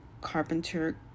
Carpenter